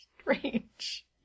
strange